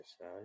side